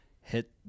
hit